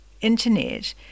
internet